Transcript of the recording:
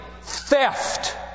theft